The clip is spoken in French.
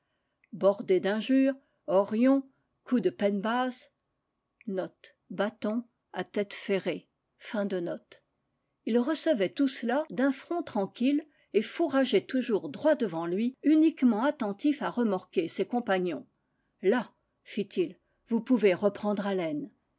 marche bordées d'injures horions coups de penn baz il rece vait tout cela d'un front tranquille et fourrageait toujours droit devant lui uniquement attentif à remorquer ses com pagnons là fit-il vous pouvez reprendre haleine